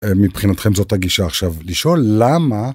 מבחינתכם זאת הגישה עכשיו לשאול למה.